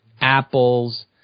apples